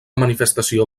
manifestació